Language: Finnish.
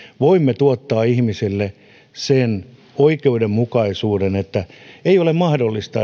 voisimme tuottaa ihmiselle sen oikeudenmukaisuuden että ei olisi mahdollista